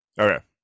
Okay